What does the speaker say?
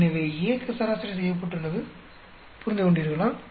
எனவே A சராசரி செய்யப்பட்டுள்ளது புரிந்துகொண்டீர்களா